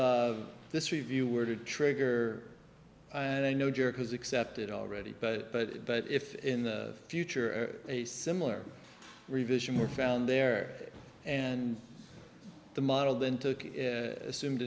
this review were to trigger and i know judge has accepted already but but but if in the future a similar revision were found there and the model then took assumed